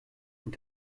und